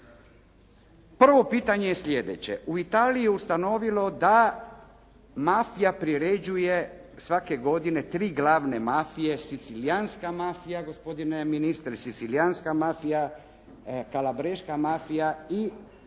Prvo pitanje je sljedeće, u Italiji je ustanovilo da mafija priređuje svake godine 3 glavne mafije: sicilijanska mafija, gospodine ministre, kalabreška mafija i napuljska mafija,